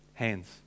Hands